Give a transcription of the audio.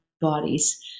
bodies